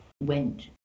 went